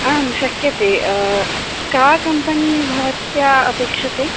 आं शक्यते का कम्पनी भवत्या अपेक्ष्यते